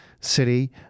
city